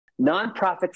Nonprofits